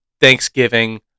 Thanksgiving